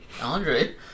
Andre